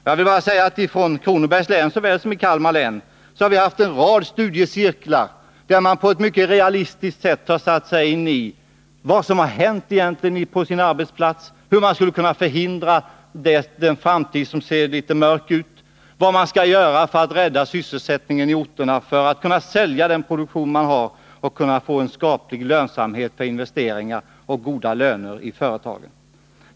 Jag vill bara säga att man i Kronobergs och Kalmar län haft en rad studiecirklar, där man på ett mycket realistiskt sätt satt sig in i vad som egentligen hänt på arbetsplatsen, hur man skulle kunna förhindra en utveckling där framtiden ser litet mörk ut, vad man skall göra för att rädda sysselsättningen i orterna, för att kunna sälja produktionen och kunna få en skaplig lönsamhet i investeringarna och goda löner i företagen.